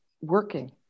working